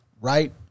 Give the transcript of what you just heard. right